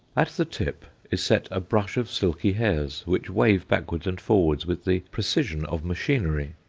at the tip is set a brush of silky hairs, which wave backwards and forwards with the precision of machinery.